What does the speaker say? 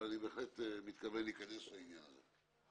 אבל אני בהחלט מתכוון להיכנס לעניין הזה.